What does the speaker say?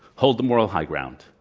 hold the moral high ground,